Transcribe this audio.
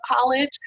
college